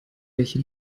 welche